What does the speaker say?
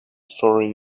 story